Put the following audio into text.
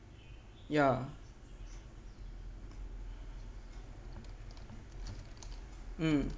ya mm